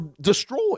destroyed